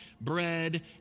bread